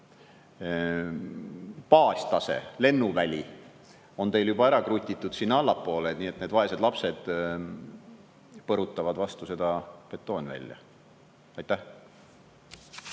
baastase, lennuväli on juba ära krutitud sinna allapoole ja need vaesed lapsed põrutavad vastu seda betoonvälja. Aitäh!